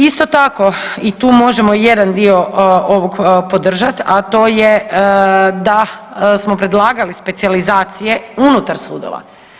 Isto tako i tu možemo jedan dio ovog podržati, a to je da smo predlagali specijalizacije unutar sudova.